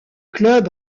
club